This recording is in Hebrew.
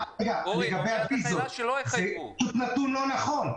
--- לגבי הוויזות, זה פשוט נתון לא נכון.